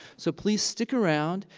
so please stick around,